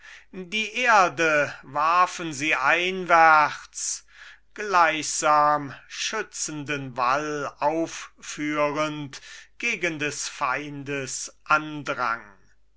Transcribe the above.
die erde warfen sie einwärts gleichsam schützenden wall aufführend gegen des feindes andrang